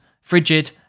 frigid